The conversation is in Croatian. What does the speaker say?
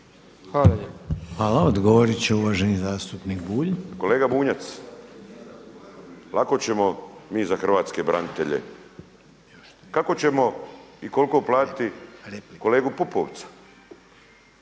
(HDZ)** Hvala. Odgovorit će uvaženi zastupnik Bulj. **Bulj, Miro (MOST)** Kolega Bunjac, lako ćemo mi za hrvatske branitelje. Kako ćemo i koliko platiti kolegu Pupovca,